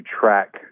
track